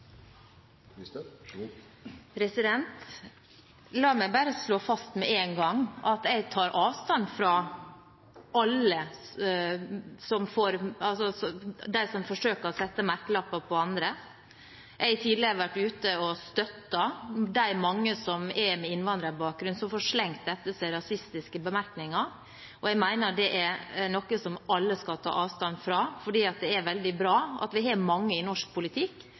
i komitéinnstillinga. La meg bare slå fast med en gang at jeg tar avstand fra alle dem som forsøker å sette merkelapper på andre. Jeg har tidligere vært ute og støttet mange med innvandrerbakgrunn som får slengt rasistiske bemerkninger etter seg, og jeg mener at det er noe som alle skal ta avstand fra, for det er veldig bra at vi har mange i norsk politikk